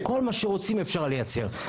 כל מה שרוצים אפשר לייצר.